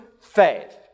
faith